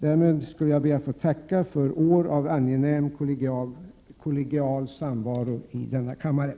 Därmed ber jag att få tacka för år av angenäm, kollegial samvaro i denna kammaren.